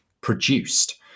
produced